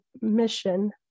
mission